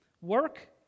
Work